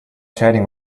chatting